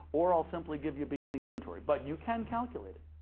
or i'll simply give you beginning inventory, but you can calculate it.